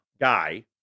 guy